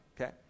okay